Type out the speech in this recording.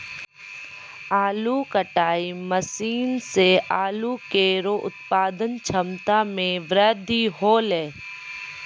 आलू कटाई मसीन सें आलू केरो उत्पादन क्षमता में बृद्धि हौलै